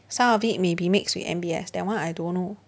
some of it may be mixed with N_B_S that one I don't know